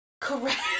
Correct